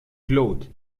cloud